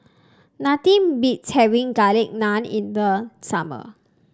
nothing beats having Garlic Naan in the summer